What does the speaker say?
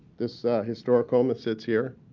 this historic home that sits here,